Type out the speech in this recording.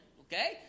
okay